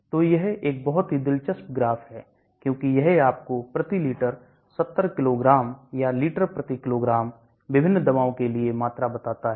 तो यह एक बहुत ही दिलचस्प ग्राफ है क्योंकि यह आपको प्रति लीटर 70 किग्रा या लीटर किग्रा विभिन्न दवाओं के लिए मात्रा बताता है